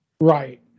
Right